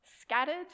scattered